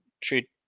treat